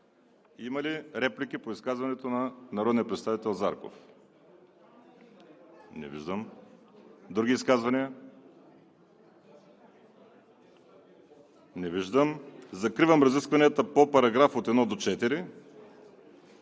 Има ли реплики по изказването на народния представител Зарков? Не виждам. Други изказвания? Не виждам. Закривам разискванията по параграфи от 1 до 4.